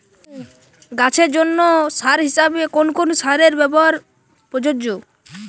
গাছের জন্য তরল সার হিসেবে কোন কোন সারের ব্যাবহার প্রযোজ্য?